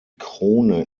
krone